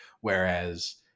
whereas